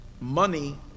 Money